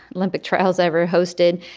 olympic trials ever hosted.